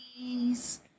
Please